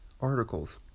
articles